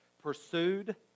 pursued